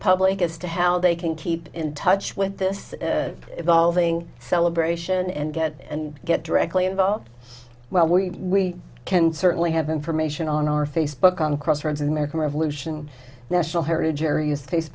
public as to how they can keep in touch with this evolving celebration and get and get directly involved well we can certainly have information on our facebook on crossroads american revolution national heritage areas face